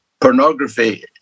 pornography